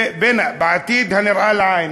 בעתיד הנראה לעין.